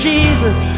Jesus